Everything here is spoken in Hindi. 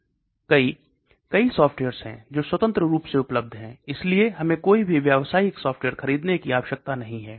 कई कई सॉफ्टवेयर्स हैं जो स्वतंत्र रूप से उपलब्ध हैं इसलिए हमे कोई भी व्यावसायिक सॉफ़्टवेयर खरीदने की आवश्यकता नहीं है